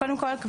קודם כל,